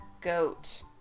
goat